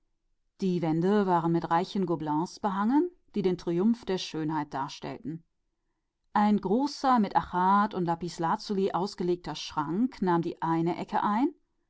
die wände waren mit reichen gobelins behängt die den triumph der schönheit darstellten ein großer schrank mit achat und lapislazuli eingelegt füllte eine ecke